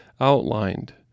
outlined